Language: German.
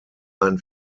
ein